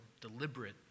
deliberate